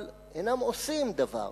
אבל אינם עושים דבר.